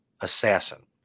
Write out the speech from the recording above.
Assassin